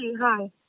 Hi